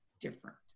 different